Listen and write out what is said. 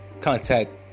contact